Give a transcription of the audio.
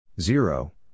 Zero